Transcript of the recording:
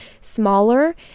smaller